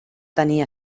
tenir